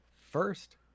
first